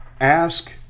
ask